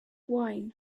wine